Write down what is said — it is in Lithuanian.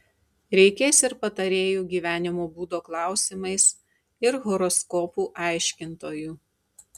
reikės ir patarėjų gyvenimo būdo klausimais ir horoskopų aiškintojų